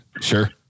Sure